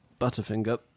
Butterfinger